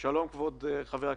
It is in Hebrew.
שלום כבוד חבר הכנסת,